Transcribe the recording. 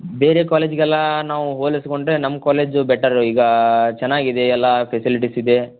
ಬೇರೆ ಕಾಲೇಜ್ಗೆಲ್ಲ ನಾವು ಹೋಲಿಸಿಕೊಂಡ್ರೆ ನಮ್ಮ ಕಾಲೇಜು ಬೆಟರು ಈಗ ಚೆನ್ನಾಗಿದೆ ಎಲ್ಲ ಫೆಸಿಲಿಟೀಸಿದೆ